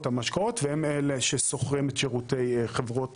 המשקאות והן אלה ששוכרות את שירותי חברות